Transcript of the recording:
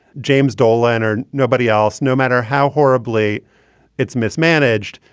james dhol, leonard, nobody else, no matter how horribly it's mismanaged,